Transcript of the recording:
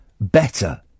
better